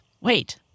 Wait